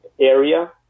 area